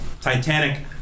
Titanic